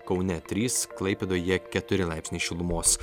kaune trys klaipėdoje keturi laipsniai šilumos